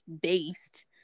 based